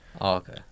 Okay